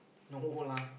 no lah